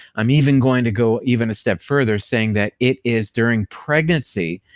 i'm even going to go even a step further saying that it is during pregnancy,